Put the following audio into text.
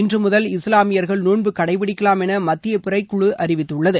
இன்றுமுதல் இஸ்லாமியர்கள் நோன்பு கடைபிடிக்கலாம் என மத்திய பிறை குழு அறிவித்துள்ளது